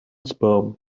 sperm